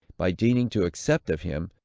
by deigning to accept of him,